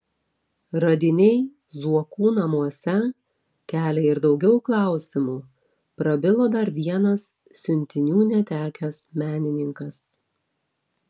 radiniai zuokų namuose kelia ir daugiau klausimų prabilo dar vienas siuntinių netekęs menininkas